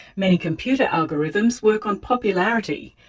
many computer algorithms work on popularity,